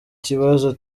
kibazo